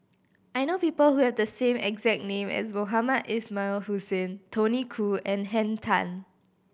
I know people who have the same exact name as Mohamed Ismail Hussain Tony Khoo and Henn Tan